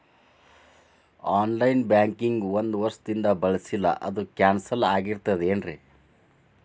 On line banking ಒಂದ್ ವರ್ಷದಿಂದ ಬಳಸಿಲ್ಲ ಅದು ಕ್ಯಾನ್ಸಲ್ ಆಗಿರ್ತದೇನ್ರಿ?